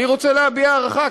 אני רוצה להביע הערכה,